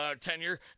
tenure